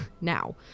Now